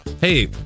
hey